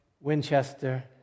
Winchester